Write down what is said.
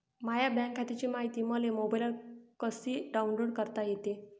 माह्या बँक खात्याची मायती मले मोबाईलवर कसी डाऊनलोड करता येते?